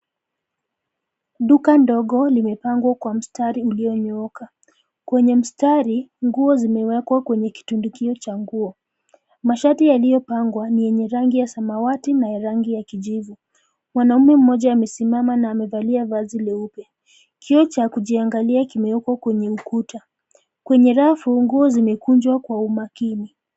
Duka ndogo limepangwa kwa mstari ulionyooka. Kwenye mstari, nguo zimewekwa kwenye kitundukio cha nguo. Mashati yaliopangwa ni yenye rangi ya samawati na ya rangi ya kijivu. Mwanaume mmoja amesimama na amevalia vazi leupe. Kioo cha kujiangalia limewekwa kwenye ukuta. Kwenye rafu nguo zimekunjwa kwa umakini.